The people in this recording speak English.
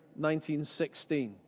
1916